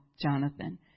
Jonathan